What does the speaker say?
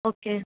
okay